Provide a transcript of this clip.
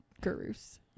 Gurus